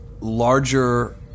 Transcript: larger